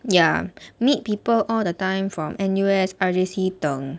ya meet people all the time from N_U_S R_J_C 等